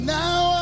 now